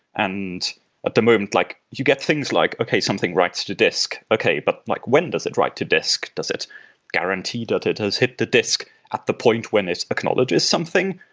and at the moment, like you get things like, okay. something writes to disc. okay. but like when does it write to disc? does it guarantee that it has hit the disc at the point when it acknowledges something?